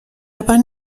aber